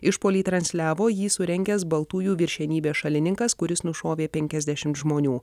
išpuolį transliavo jį surengęs baltųjų viršenybės šalininkas kuris nušovė penkiasdešimt žmonių